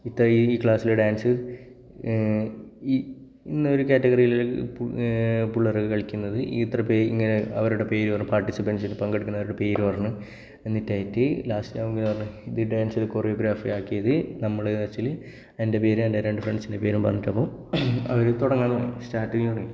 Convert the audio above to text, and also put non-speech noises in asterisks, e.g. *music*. ഇത്രയും ക്ലാസ്സിൽ ഡാൻസ് ഈ ഇന്നൊരു കാറ്റഗറിയിൽ പിള്ളേരൊക്കെ കളിക്കുന്നത് ഇത്ര പേർ ഇങ്ങനെ അവരുടെ പേര് പറഞ്ഞ് പാർട്ടിസിപ്പൻറ്റ് പങ്കെടുക്കുന്നവരുടെ പേര് പറഞ്ഞ് എന്നിട്ട് ആയിട്ട് ലാസ്റ്റ് *unintelligible* ഡാൻസ് ഇത് കോറിയോഗ്രാഫി ആക്കിയത് നമ്മൾ എന്ന് വച്ചാൽ എൻ്റെ പേര് എൻ്റെ രണ്ട് ഫ്രണ്ട്സിൻ്റെ പേരും പറഞ്ഞിട്ടപ്പോൾ അവർ തുടങ്ങാം എന്നു പറഞ്ഞു സ്റ്റാർറ്റിങ് പറയും